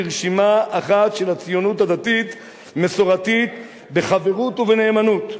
ברשימה אחת של הציונות הדתית-מסורתית בחברות ובנאמנות,